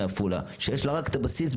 מעפולה שיש לה רק את הבסיס,